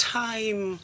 time